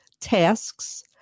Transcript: tasks